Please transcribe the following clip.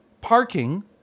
parking